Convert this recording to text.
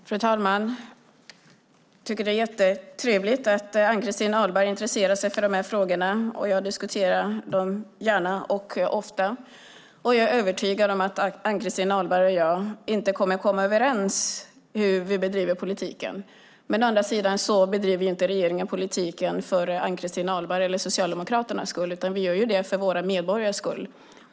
Fru talman! Jag tycker att det är jättetrevligt att Ann-Christin Ahlberg intresserar sig för dessa frågor, och jag diskuterar dem gärna och ofta. Jag är också övertygad om att Ann-Christin Ahlberg och jag inte kommer att komma överens om hur vi ska bedriva politiken. Å andra sidan bedriver inte regeringen politiken för Ann-Christin Ahlbergs eller Socialdemokraternas skull, utan vi gör det för våra medborgares skull.